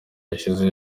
yashize